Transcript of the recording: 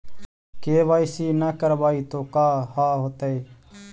KYC न करवाई तो का हाओतै?